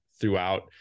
throughout